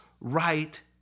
right